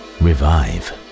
revive